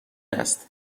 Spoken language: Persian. است